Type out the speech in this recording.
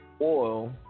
oil